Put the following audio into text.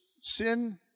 sin